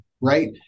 right